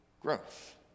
growth